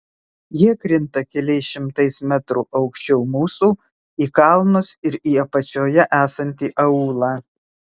jie krinta keliais šimtais metrų aukščiau mūsų į kalnus ir į apačioje esantį aūlą